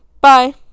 Bye